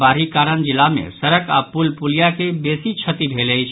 बाढ़िक कारण जिला मे सड़क आ पुल पुलिया के बेसी क्षति भेल अछि